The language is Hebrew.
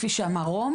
כפי שאמר רום,